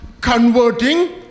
converting